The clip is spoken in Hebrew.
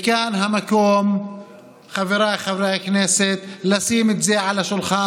וזה חבל, כי זה היה מחזיר את המוחלשים בחזרה